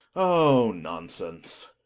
oh! nonsense.